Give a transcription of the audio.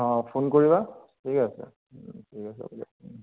অঁ ফোন কৰিবা ঠিক আছে ঠিক আছে হ'ব দিয়া